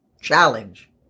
challenge